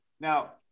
now